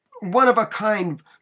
one-of-a-kind